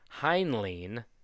Heinlein